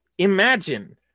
Imagine